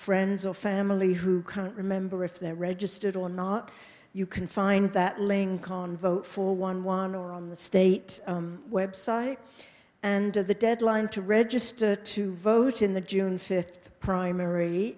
friends or family who can't remember if they're registered or not you can find that link on vote for one one or on the state website and the deadline to register to vote in the june fifth primary